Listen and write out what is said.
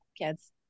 kids